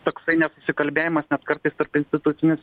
toksai nesusikalbėjimas net kartais tarpinstitucinis